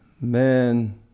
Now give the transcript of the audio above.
man